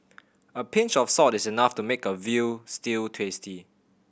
a pinch of salt is enough to make a veal stew tasty